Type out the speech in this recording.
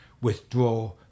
withdraw